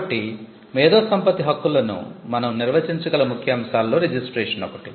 కాబట్టి మేధో సంపత్తి హక్కులను మనం నిర్వచించగల ముఖ్య అంశాలలో రిజిస్ట్రేషన్ ఒకటి